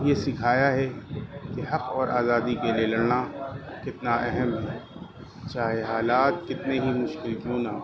یہ سکھایا ہے کہ حق اور آزادی کے لیے لڑنا کتنا اہم ہے چاہے حالات کتنے ہی مشکل کیوں نہ ہو